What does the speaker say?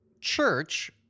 church